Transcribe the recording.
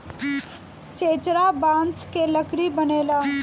चेचरा बांस के लकड़ी बनेला